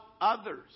Others